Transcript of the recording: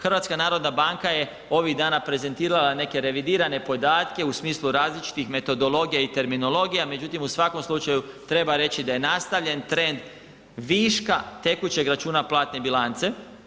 HNB je ovih dana prezentirala neke revidirane podatke u smislu različitih metodologija i terminologija međutim u svakom slučaju treba reći da je nastavljen trend viška tekućeg računa platne bilance.